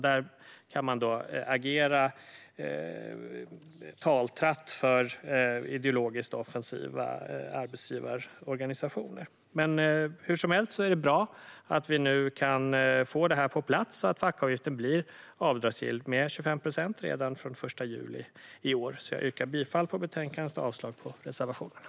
Man kan där agera taltratt för ideologiskt offensiva arbetsgivarorganisationer. Det är hur som helst bra att vi kan få detta på plats så att fackavgiften blir avdragsgill med 25 procent redan från den 1 juli i år. Jag yrkar bifall till förslaget och avslag på reservationerna.